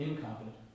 Incompetent